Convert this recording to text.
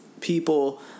people